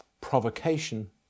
provocation